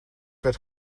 werd